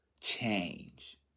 change